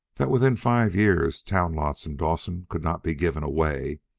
that within five years town lots in dawson could not be given away,